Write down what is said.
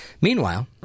Meanwhile